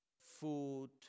food